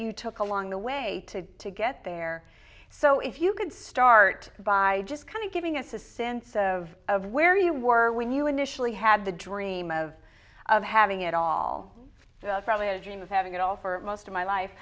you took along the way to to get there so if you could start by just kind of giving us a sense of of where you were when you initially had the dream of of having it all dream of having it all for most of my life